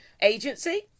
agency